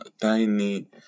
Tiny